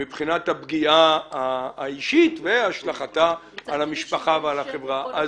הפגיעה האישית והשלכתה על המשפחה והחברה.